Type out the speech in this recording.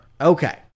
Okay